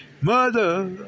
Mother